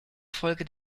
folge